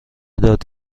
داد